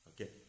Okay